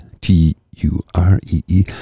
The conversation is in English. T-U-R-E-E